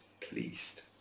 pleased